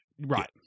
right